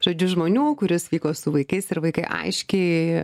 žodžiu žmonių kuris vyko su vaikais ir vaikai aiškiai